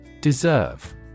Deserve